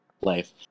life